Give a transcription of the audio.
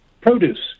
produce